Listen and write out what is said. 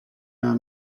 una